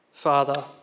Father